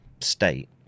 state